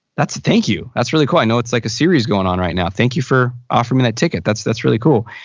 thank you. that's really cool. i know it's like a series going on right now. thank you for offering me that ticket, that's that's really cool.